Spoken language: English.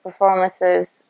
performances